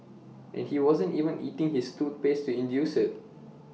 and he wasn't even eating his toothpaste to induce IT